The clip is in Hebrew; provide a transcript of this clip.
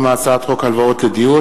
אדוני.